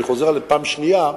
אבל אני חוזר עליו פעם שנייה.